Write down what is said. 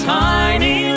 tiny